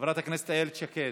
חברת הכנסת איילת שקד,